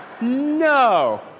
No